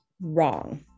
wrong